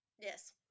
Yes